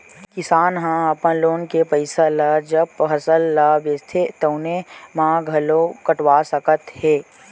किसान ह अपन लोन के पइसा ल जब फसल ल बेचथे तउने म घलो कटवा सकत हे